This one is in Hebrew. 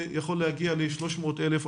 זה יכול להגיע ל 300,000,